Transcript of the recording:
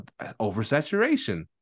oversaturation